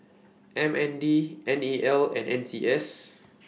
M N D N E L and N C S